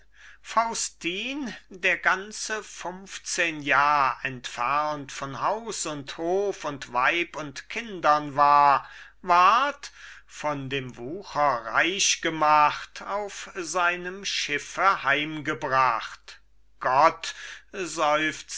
faustin der ganze funfzehn jahr entfernt von haus und hof und weib und kindern war ward von dem wucher reich gemacht auf seinem schiffe heimgebracht gott